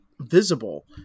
visible